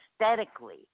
aesthetically